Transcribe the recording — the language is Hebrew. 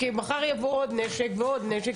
כי מחר יבוא עוד נשק ועוד נשק.